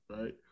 right